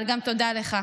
אבל תודה גם לך.